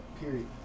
period